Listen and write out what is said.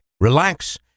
relax